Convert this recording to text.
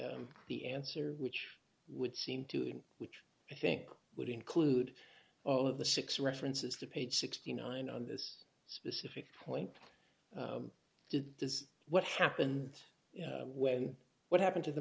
the answer which would seem to him which i think would include all of the six references to page sixty nine on this specific point does what happened when what happened to the